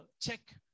check